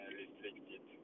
restricted